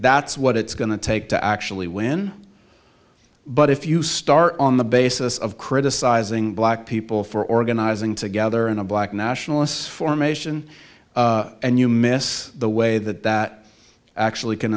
that's what it's going to take to actually win but if you start on the basis of criticizing black people for organizing together in a black nationalist formation and you miss the way that that actually can